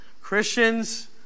Christians